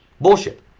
bullshit